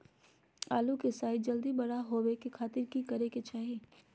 आलू के साइज जल्दी बड़ा होबे खातिर की करे के चाही?